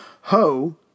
Ho